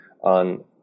on